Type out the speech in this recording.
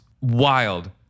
wild